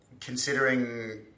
considering